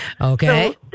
Okay